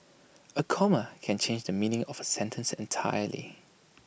A comma can change the meaning of A sentence entirely